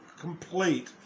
complete